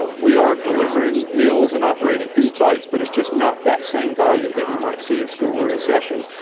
ah we are delivering meals and operating food sites, but it's just not that same volume that we might see of school we're in session.